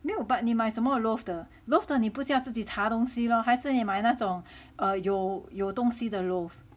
没有 but 你买什么 loaf 的 loaf 的你不要自己擦东西了还是你买那种 err 有有东西的 loaf